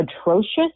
atrocious